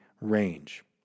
range